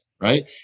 Right